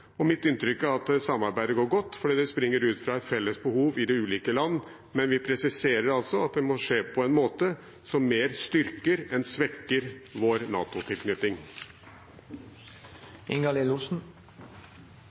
og mitt inntrykk er at samarbeidet går godt fordi det springer ut fra et felles behov i de ulike land, men vi presiserer at det må skje på en måte som mer styrker enn svekker vår